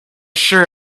sure